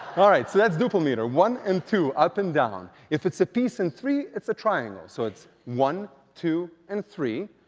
alright, so that's duple meter, one and two, up and down. if it's a piece in three, it's a triangle. so it's one, two and three.